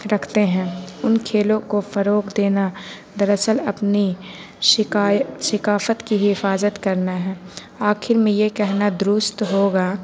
رکھتے ہیں ان کھیلوں کو فروغ دینا دراصل اپنی ثقافت کی حفاظت کرنا ہے آخر میں یہ کہنا درست ہوگا